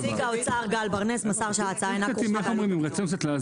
נציג האוצר גל ברנס מסר שההצעה איננה עם עלות תקציבית.